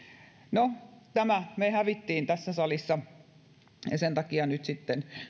no tämän me hävisimme tässä salissa ja sen takia nyt sitten